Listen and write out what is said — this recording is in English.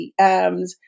DMs